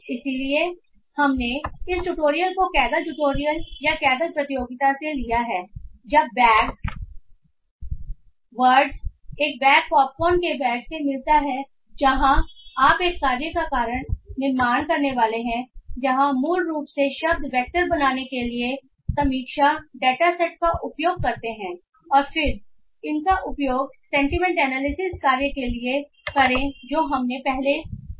इसलिए हमने इस ट्यूटोरियल को कैगल ट्यूटोरियल या कैगल प्रतियोगिता से लिया है जब बैग ऑफ वर्ड्स एक बैग पॉपकॉर्न के बैग से मिलता है जहाँ आप एक कार्य का निर्माण करने वाले हैं जहाँ आप मूल रूप से शब्द वैक्टर बनाने के लिए समीक्षा डेटासेट का उपयोग करते हैं और फिर उनका उपयोग सेंटीमेंट एनालिसिस कार्य के लिए करें जो हमने पहले देखा है